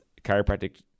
chiropractic